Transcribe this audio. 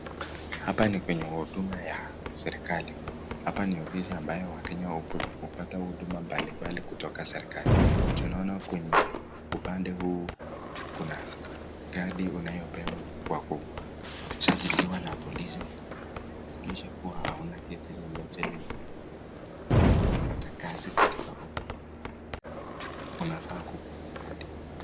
Hapa ni kwenye huduma ya serekali. Hapa ni ofisi ambayo wakenya hupata huduma mbalimbali kutoka serekali. Tunaona kwenye upande huu kuna kadi unayopewa kwa kusajiliwa na polisi kuhakikisha kuwa hauna kesi yoyote lile. Kupata kazi katika ofisi za serekali unafaa kukuwa na kadi hii.